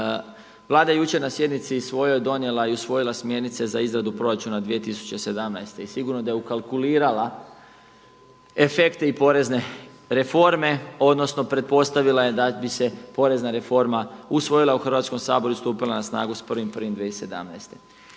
Vlada je jučer na sjednici svojoj donijela i usvojila Smjernice za izradu proračuna 2017. i sigurno da je ukalkulirala efekte i porezne reforme, odnosno pretpostavila je da bi se porezna reforma usvojila u Hrvatskom saboru i stupila na snagu s 1.1.2017.